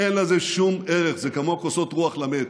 אין לזה שום ערך, זה כמו כוסות רוח למת.